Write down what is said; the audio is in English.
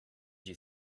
you